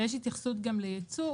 ויש התייחסות גם לייצוא.